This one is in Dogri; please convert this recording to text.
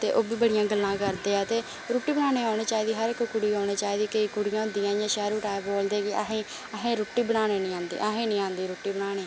ते ओह् बी बड़ीं गल्ला करदे ते रुट्टी बनाना औनी चाहिदी हर इक कुड़ी गी औना चाहिदी केईं कुडियां होदियां इयां शैहरु टाइप बोलदे कि असें गी रुट्टी बनाने गी नी आंदी असें गी नी आंदी रुट्टी बनाने गी